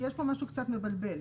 פה משהו קצת מבלבל,